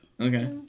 Okay